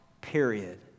period